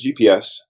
GPS